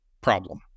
problem